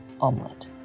Omelette